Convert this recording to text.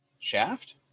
Shaft